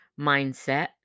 mindset